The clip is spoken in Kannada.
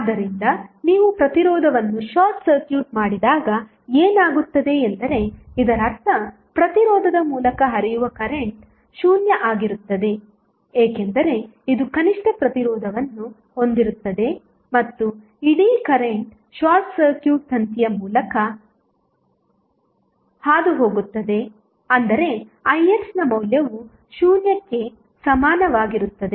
ಆದ್ದರಿಂದ ನೀವು ಪ್ರತಿರೋಧವನ್ನು ಶಾರ್ಟ್ ಸರ್ಕ್ಯೂಟ್ ಮಾಡಿದಾಗ ಏನಾಗುತ್ತದೆ ಅಂದರೆ ಇದರರ್ಥ ಪ್ರತಿರೋಧದ ಮೂಲಕ ಹರಿಯುವ ಕರೆಂಟ್ 0 ಆಗಿರುತ್ತದೆ ಏಕೆಂದರೆ ಇದು ಕನಿಷ್ಠ ಪ್ರತಿರೋಧವನ್ನು ಹೊಂದಿರುತ್ತದೆ ಮತ್ತು ಇಡೀ ಕರೆಂಟ್ ಶಾರ್ಟ್ ಸರ್ಕ್ಯೂಟ್ ತಂತಿಯ ಮೂಲಕ ಹಾದುಹೋಗುತ್ತದೆ ಅಂದರೆ ixನ ಮೌಲ್ಯವು 0 ಗೆ ಸಮಾನವಾಗಿರುತ್ತದೆ